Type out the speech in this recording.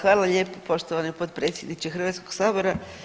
Hvala lijepo poštovani potpredsjedniče Hrvatskog sabora.